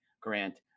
Grant